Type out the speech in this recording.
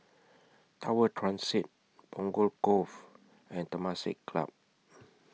Tower Transit Punggol Cove and Temasek Club